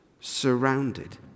surrounded